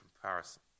comparison